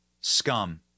scum